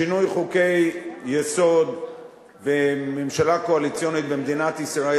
שינוי חוקי-יסוד בממשלה קואליציונית במדינת ישראל